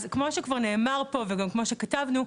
אז כמו שכבר נאמר פה וגם כמו שכתבנו,